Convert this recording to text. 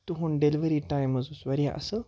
تُہُنٛد delivery time حظ اوس واریاہ اَصٕل